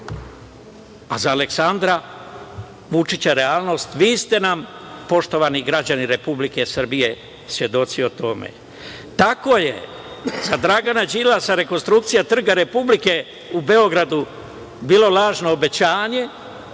a za Aleksandra Vučića realnost. Vi ste nam, poštovani građani Republike Srbije, svedoci o tome. Tako je za Dragana Đilasa rekonstrukcija Trga Republike u Beogradu bilo lažno obećanje,